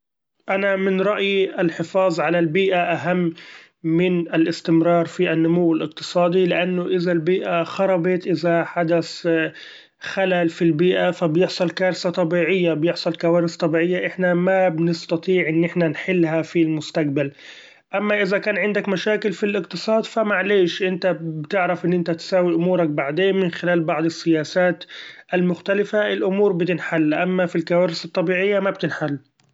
أنا من رأيي الحفاظ على البيئة اهم من الاستمرار في النمو الإقتصادي; لإنه إذا البيئة خربت إذا حدث خلل في البيئة ف بيحصل كارثة طبيعية بيحصل كوارث طبيعية احنا ما بنستطيع إن احنا نحلها في المستقبل ، اما إذا كان عندك مشاكل في الاقتصاد ف معلش إنت بتعرف إن إنت تسأوي امورك بعدين من خلال بعض السياسات المختلفة الامور بتنحل ، اما في الكوارث الطبيعية ما بتنحل.